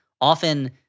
often